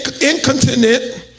incontinent